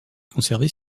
conservé